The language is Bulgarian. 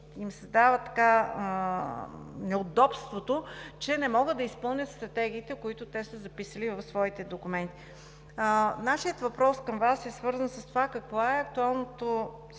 ни създават неудобството, че не могат да изпълнят стратегиите, които са записали в своите документи. Нашият въпрос към Вас е свързан с това: каква е актуалната